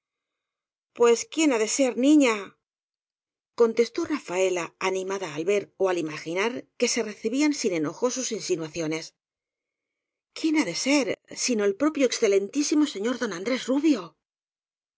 pues quién ha de ser niña contestó rafaela animada al ver ó al imaginar que se recibían sin enojo sus insinuaciones quién ha de ser sino el propio excelentísimo señor don andrés rubio